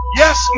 yes